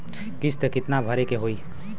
किस्त कितना भरे के होइ?